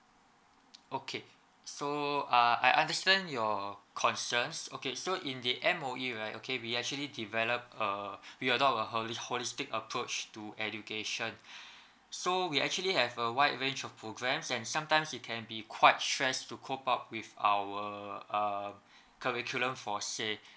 okay so uh I understand your concerns okay so in the M_O_E right okay we actually develop err we adopt a holy holistic approach to education so we actually have a wide range of programs and sometimes it can be quite stress to cope up with our um curriculum for say